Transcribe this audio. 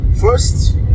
First